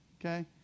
Okay